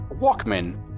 walkman